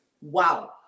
Wow